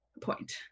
point